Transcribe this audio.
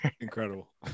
incredible